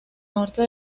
norte